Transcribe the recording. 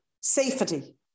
safety